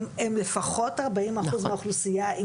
הם לפחות ארבעים אחוז מהאוכלוסיה,